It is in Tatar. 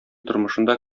тормышында